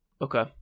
Okay